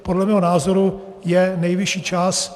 Podle mého názoru je nejvyšší čas.